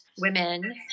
women